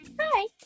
Hi